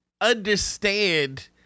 understand